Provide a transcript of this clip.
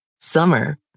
Summer